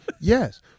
Yes